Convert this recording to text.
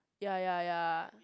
ya ya ya